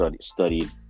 studied